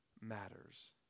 matters